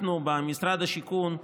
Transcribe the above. אנחנו במשרד השיכון,